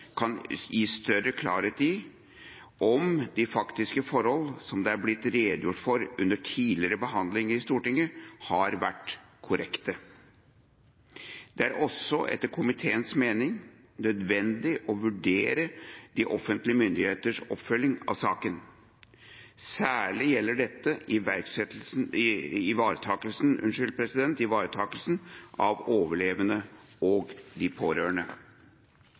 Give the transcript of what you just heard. kan gi større klarhet i om de faktiske forhold som det er blitt redegjort for under tidligere behandling i Stortinget, har vært korrekte. Det er også etter komiteens mening nødvendig å vurdere de offentlige myndigheters oppfølging av saken. Særlig gjelder dette ivaretakelsen av de overlevende og pårørende.